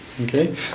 okay